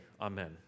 Amen